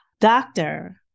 doctor